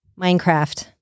Minecraft